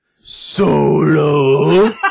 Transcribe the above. solo